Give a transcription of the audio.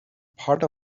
part